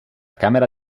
camera